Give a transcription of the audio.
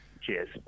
Cheers